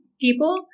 people